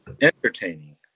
entertaining